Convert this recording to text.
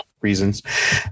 reasons